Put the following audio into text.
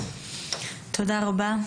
תודה רבה.